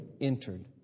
entered